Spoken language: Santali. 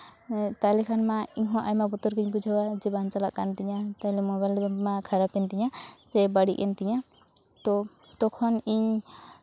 ᱛᱟᱦᱚᱞᱮ ᱠᱷᱟᱱ ᱢᱟ ᱤᱧᱦᱚᱸ ᱟᱭᱢᱟ ᱵᱚᱛᱚᱨ ᱜᱤᱧ ᱵᱩᱡᱷᱟᱹᱣᱟ ᱡᱮ ᱵᱟᱝ ᱪᱟᱞᱟᱜ ᱠᱟᱱ ᱛᱤᱧᱟ ᱛᱟᱦᱞᱮ ᱢᱳᱵᱟᱭᱤᱞ ᱢᱟ ᱠᱷᱟᱨᱟᱯ ᱮᱱ ᱛᱤᱧᱟ ᱪᱮᱫ ᱵᱟᱹᱲᱤᱡ ᱮᱱ ᱛᱤᱧᱟ ᱛᱚ ᱛᱚᱠᱷᱚᱱ ᱤᱧ